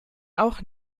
auch